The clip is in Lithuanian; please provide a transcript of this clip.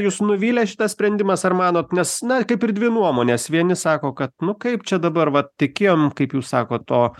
jus nuvylė šitas sprendimas ar manot nes na kaip ir dvi nuomonės vieni sako kad nu kaip čia dabar vat tikėjom kaip jūs sakot o